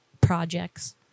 projects